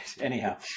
Anyhow